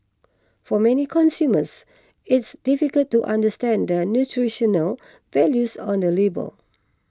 for many consumers it's difficult to understand the nutritional values on the label